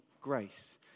grace